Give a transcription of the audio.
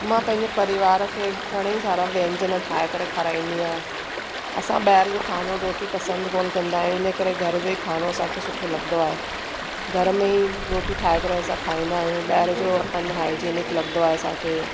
मां पंहिंजे परिवार खे घणे ई सारा व्यंजन ठाहे करे खाराईंदी आहियां असां ॿाहिरि जो खानो रोटी पसंदि कोन्ह कंदा आहियूं इन करे घर जो ई खानो असांखे सुठो लॻंदो आहे घर में ई रोटी ठाहे करे असां खाईंदा आहियूं ॿाहिरि जो अनहाइजीनिक लॻंदो आहे असांखे